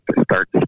start